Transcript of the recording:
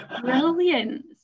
brilliant